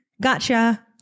Gotcha